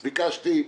ביקשתי,